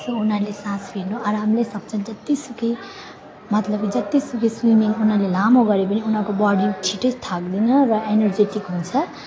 र उनीहरूले सास फेर्नु आरामले सक्छन् जत्तिसुकै मतलब कि जत्तिसुकै स्विमिङ उनीहरूले लामो गरे भने उनीहरूको बडी छिट्टै थाक्दैन र एनर्जेटिक हुन्छ